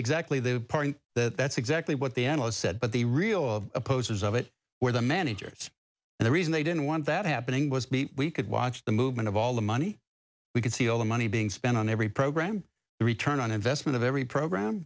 that that's exactly what the analysts said but the real opposes of it where the managers and the reason they didn't want that happening was we could watch the movement of all the money we could see all the money being spent on every program the return on investment of every program